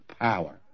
power